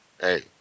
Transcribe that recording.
Hey